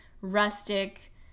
rustic